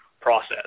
process